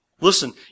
Listen